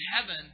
heaven